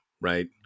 Right